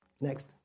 Next